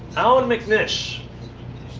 allan mcnish